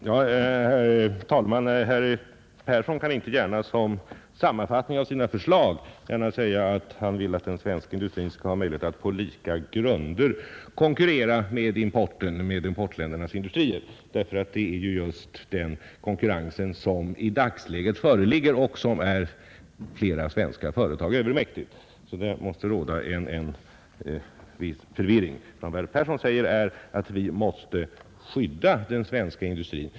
Herr talman! Herr Persson i Heden kan inte gärna som sammanfatt ning av sina förslag säga att han vill att den svenska industrin skall ha möjlighet att på lika grunder konkurrera med importländernas industrier, ty det är just den konkurrensen som i dagens läge är de svenska företagen övermäktig. Här måste det alltså råda en viss begreppsförvirring.